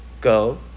go